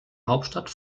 hauptstadt